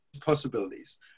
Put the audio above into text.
possibilities